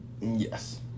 Yes